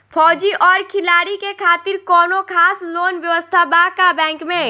फौजी और खिलाड़ी के खातिर कौनो खास लोन व्यवस्था बा का बैंक में?